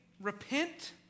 repent